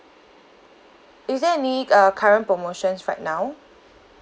is there any uh current promotions right now